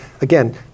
again